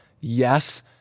Yes